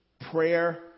prayer